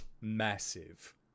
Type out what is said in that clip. massive